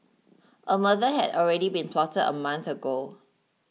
a murder had already been plotted a month ago